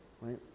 right